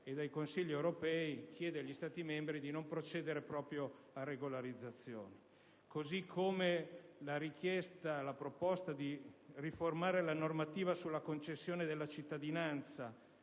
e dal Consiglio europeo, chiede agli Stati membri di non procedere proprio a regolarizzazioni. Per quanto riguarda la proposta di riformare la normativa sulla concessione della cittadinanza